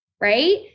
right